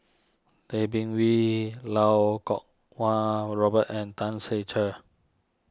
Tay Bin Wee Lau Kuo Kwong Robert and Tan Ser Cher